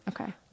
Okay